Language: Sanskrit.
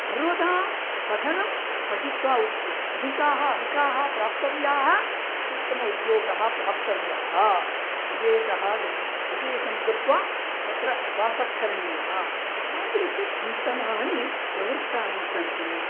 सर्वदा पठनं पटित्वा उत् अधिकाः अङ्काः प्राप्तव्याः उत्तमउद्योगः प्राप्तव्यः विदेशः गत्वा विदेशं गत्वा तत्र वासः करणीयः तादृशचिन्तनानि प्रवृत्तानि सन्ति